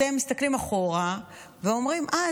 אתם מסתכלים אחורה ואומרים: אה,